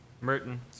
Merton